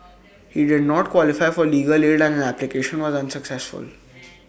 he did not qualify for legal aid and his application was unsuccessful